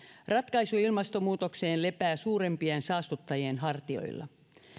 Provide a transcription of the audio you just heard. ratkaisu ilmastonmuutokseen lepää suurempien saastuttajien hartioilla